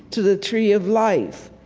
to the tree of life.